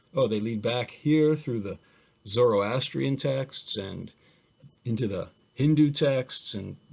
oh they lead back here through the zoroastrian texts and into the hindu texts and